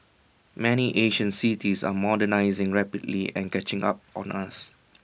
many Asian cities are modernising rapidly and catching up on us